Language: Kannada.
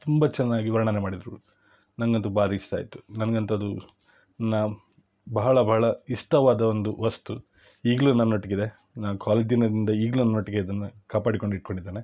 ತುಂಬ ಚೆನ್ನಾಗಿ ವರ್ಣನೆ ಮಾಡಿದ್ದರು ನನಗಂತೂ ಭಾರಿ ಇಷ್ಟ ಆಯಿತು ನನ್ಗಂತೂ ಅದು ನಾಮ ಬಹಳ ಬಹಳ ಇಷ್ಟವಾದ ಒಂದು ವಸ್ತು ಈಗಲೂ ನನ್ನೊಟ್ಟಿಗಿದೆ ನಾ ಕೊಲೆಜ್ ದಿನದಿಂದ ಈಗಲೂ ನನ್ನೊಟ್ಟಿಗೆ ಇದೆ ನಾ ಕಾಪಾಡಿಕೊಂಡು ಇಟ್ಕೊಂಡಿದ್ದೇನೆ